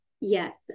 yes